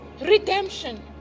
redemption